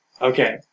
okay